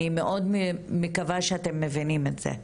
אני מאד מקווה שאתם מבינים את זה,